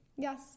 Yes